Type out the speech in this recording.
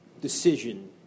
decision